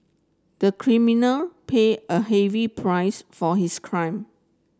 the criminal pay a heavy price for his crime